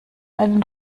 einen